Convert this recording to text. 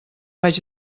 vaig